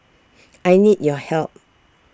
I need your help